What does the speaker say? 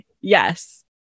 Yes